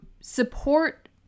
support